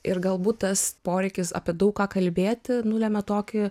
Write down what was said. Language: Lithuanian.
ir galbūt tas poreikis apie daug ką kalbėti nulemia tokį